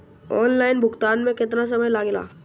Online भुगतान में केतना समय लागेला?